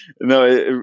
No